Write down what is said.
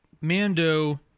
Mando